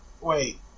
Wait